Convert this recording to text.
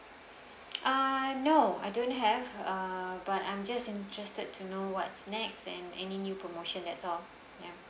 uh no I don't have uh but I'm just interested to know what's next and any new promotion that's all ya